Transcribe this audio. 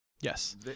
Yes